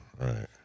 Right